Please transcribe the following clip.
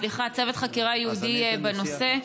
צוות חקירה ייעודי לנושא?